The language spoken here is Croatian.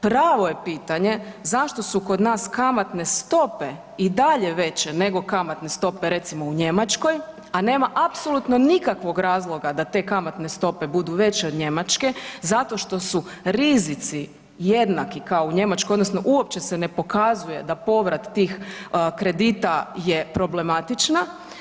Pravo je pitanje zašto su kod nas kamatne stope i dalje veće nego kamatne stope recimo u Njemačkoj, a nema apsolutno nikakvog razloga da te kamatne stope budu veće od Njemačke zato što su rizici jednaki kao u Njemačkoj odnosno uopće se ne pokazuje da povrat tih kredita je problematična.